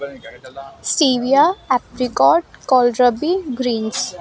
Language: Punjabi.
Sivia apricot kohlrabi Greece